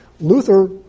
Luther